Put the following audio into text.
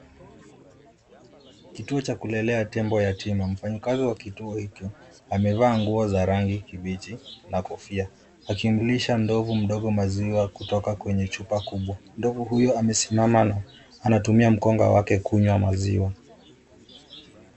Kituo cha kulelea tembo yatima. Mfanyakazi wa kituo hicho amevaa nguo za rangi kibichi na kofia akimlisha ndovu mdogo maziwa kutoka kwenye chupa kubwa. Ndovu huyo amesimama na anatumia mkonga wake kunywa maziwa.